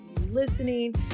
listening